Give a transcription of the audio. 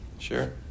sure